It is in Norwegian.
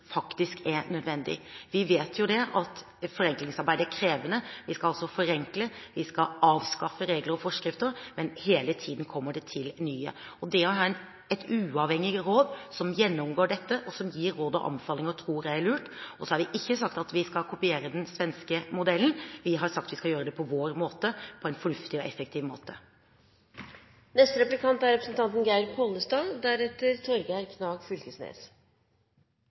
faktisk er nødvendig. Vi vet jo at forenklingsarbeid er krevende. Vi skal altså forenkle, vi skal avskaffe regler og forskrifter, men hele tiden kommer det til nye. Og det å ha et uavhengig råd som gjennomgår dette, og som gir råd og anbefalinger, tror jeg er lurt. Så har vi ikke sagt at vi skal kopiere den svenske modellen; vi har sagt at vi skal gjøre det på vår måte, på en fornuftig og effektiv måte.